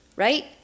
Right